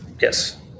Yes